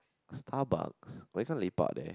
Starbucks but you can't lepak there